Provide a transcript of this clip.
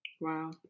Wow